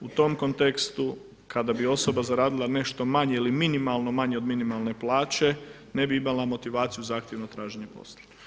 U tom kontekstu kada bi osoba zaradila nešto manje ili minimalno manje od minimalne plaće ne bi imala motivaciju za aktivno traženje posla.